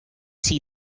see